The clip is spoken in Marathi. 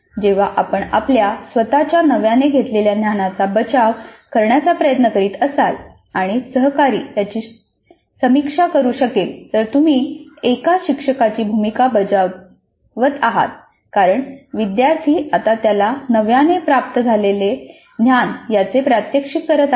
जेव्हा आपण आपल्या स्वतच्या नव्याने घेतलेल्या ज्ञानाचा बचाव करण्याचा प्रयत्न करीत असाल आणि सहकारी त्याची समीक्षा करू शकले तर तुम्ही एका शिक्षकाची भूमिका बजावत आहात कारण विद्यार्थी आता त्याला नव्याने प्राप्त झालेल्या ज्ञान याचे प्रात्यक्षिक करत आहे